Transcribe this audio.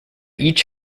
each